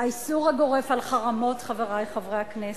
האיסור הגורף על חרמות, חברי חברי הכנסת,